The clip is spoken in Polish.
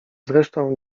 zresztą